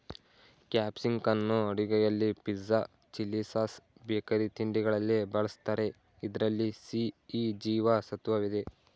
ಕ್ಯಾಪ್ಸಿಕಂನ್ನು ಅಡುಗೆಯಲ್ಲಿ pizza, chilli sauce, bakery ತಿಂಡಿಗಳಲ್ಲಿ ಬಳ್ಸತ್ತರೆ ಇದ್ರಲ್ಲಿ ಸಿ, ಇ ಜೀವ ಸತ್ವವಿದೆ